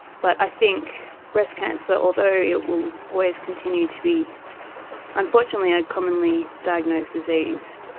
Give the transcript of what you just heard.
but i think breast cancer, although it will always continue to be unfortunately a commonly diagnosed disease,